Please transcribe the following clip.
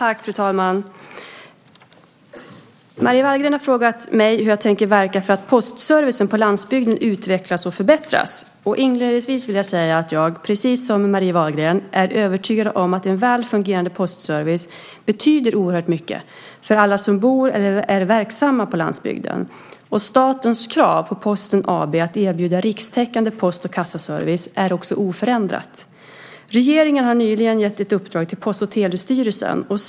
Fru talman! Marie Wahlgren har frågat mig hur jag tänker verka för att postservicen på landsbygden utvecklas och förbättras. Inledningsvis vill jag säga att jag, precis som Marie Wahlgren, är övertygad om att en väl fungerande postservice betyder oerhört mycket för alla som bor eller är verksamma på landsbygden. Statens krav på Posten AB att erbjuda rikstäckande post och kassaservice är också oförändrat. Regeringen har nyligen gett ett uppdrag till Post och telestyrelsen.